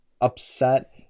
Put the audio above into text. upset